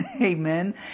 Amen